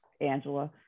Angela